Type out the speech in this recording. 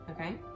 okay